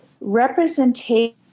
representation